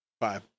Five